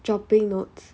dropping notes